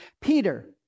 Peter